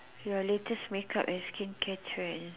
your latest make up and skincare trend